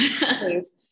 please